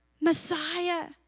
Messiah